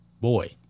Boy